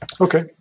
Okay